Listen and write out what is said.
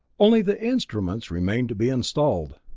only the instruments remained to be installed.